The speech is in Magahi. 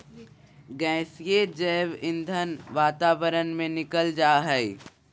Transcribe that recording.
गैसीय जैव ईंधन वातावरण में निकल जा हइ